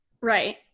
right